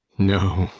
no,